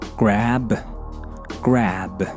grab，grab，